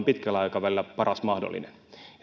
pitkällä aikavälillä paras mahdollinen